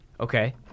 Okay